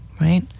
right